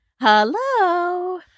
Hello